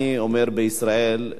אני אומר שבישראל,